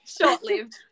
short-lived